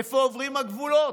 איפה עוברים הגבולות.